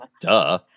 Duh